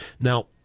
Now